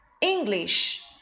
English